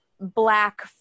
black